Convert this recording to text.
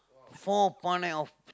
four பானை:paanai of